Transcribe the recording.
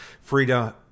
freedom